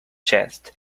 chest